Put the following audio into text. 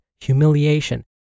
humiliation